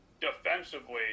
defensively